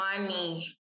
money